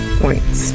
points